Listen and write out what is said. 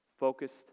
focused